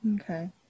Okay